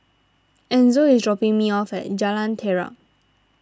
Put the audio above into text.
Enzo is dropping me off at Jalan Terap